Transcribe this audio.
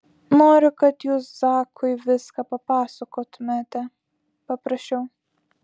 noriu kad jūs zakui viską papasakotumėte paprašiau